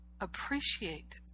appreciate